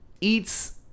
eats